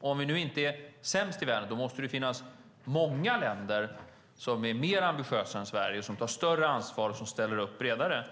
Om vi nu inte är sämst i världen måste det ju finnas många länder som är mer ambitiösa än Sverige, som tar större ansvar och som ställer upp bredare.